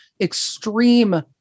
extreme